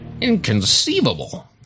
Inconceivable